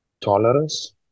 tolerance